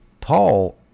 Paul